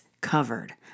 covered